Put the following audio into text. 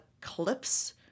clips